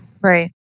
Right